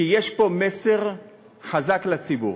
כי יש פה מסר חזק לציבור.